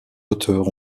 auteurs